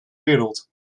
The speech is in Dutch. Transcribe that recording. wereld